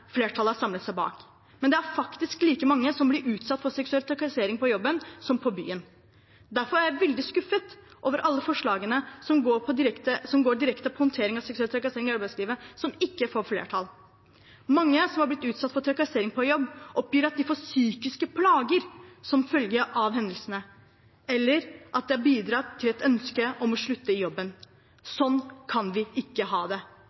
flertallet har samlet seg bak. Men det er faktisk like mange som blir utsatt for seksuell trakassering på jobben som på byen. Derfor er jeg veldig skuffet over alle forslagene som går direkte på håndtering av seksuell trakassering i arbeidslivet som ikke får flertall. Mange som har blitt utsatt for seksuell trakassering på jobb, oppgir at de får psykiske plager som følge av hendelsene, eller at det har bidratt til et ønske om å slutte i jobben. Sånn kan vi ikke ha det.